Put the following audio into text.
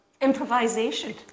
Improvisation